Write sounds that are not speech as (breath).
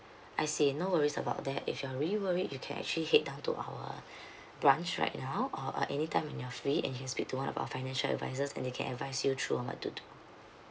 I see no worries about that if you're really worried you can actually head down to our (breath) branch right now or uh any time when you are free and you speak to one of our financial advisors and they can advise you through on what to do